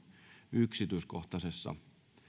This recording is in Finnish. yksityiskohtaisessa